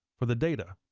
for the data.